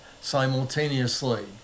simultaneously